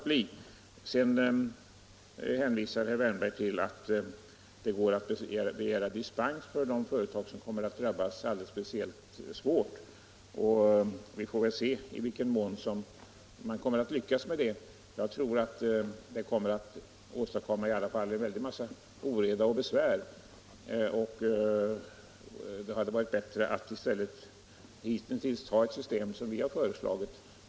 Vidare hänvisar herr Wärnberg till att de företag som kommer att drabbas alldeles speciellt hårt kan begära dispens. Vi får se i vilken mån man kommer att lyckas med det. Jag tror att det i alla fall kommer att åstadkomma en mängd oreda och besvär, och det hade varit bättre att i stället ta ett system som vi föreslagit.